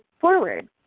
forward